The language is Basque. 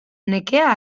nekea